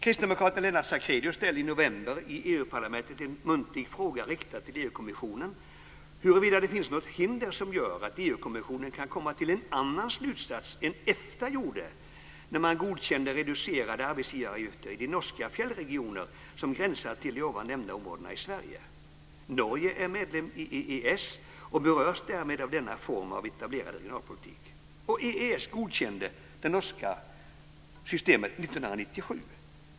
Kristdemokraten Lennart Sacrédeus ställde i november i EU-parlamentet en muntlig fråga riktad till EU-kommissionen huruvida det finns något hinder som gör att EU-kommissionen kan komma till en annan slutsats än den Efta drog genom att godkänna reducerade arbetsgivaravgifter i de norska fjällregioner som gränsar till de ovan nämnda områdena i Sverige. Norge är medlem i EES och berörs därmed av denna form av etablerad regionalpolitik. EES godkände det norska systemet 1997.